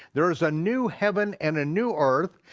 there's a new heaven and a new earth,